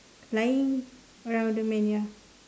flying around the man ya